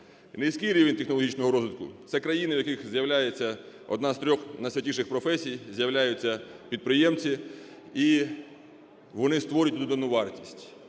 Низький рівень технологічного розвитку – це країни, в яких з'являється одна з трьох найсвятіших професій, з'являється підприємці, і вони створюють додану вартість,